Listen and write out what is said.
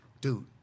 Dude